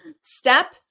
Step